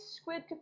squid